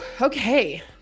Okay